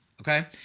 okay